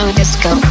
disco